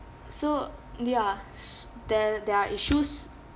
so ya s~ there there are issues